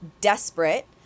desperate